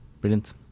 brilliant